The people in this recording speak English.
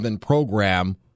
program